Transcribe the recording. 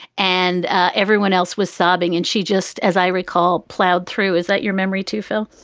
and everyone else was sobbing. and she just, as i recall, plowed through. is that your memory to phil?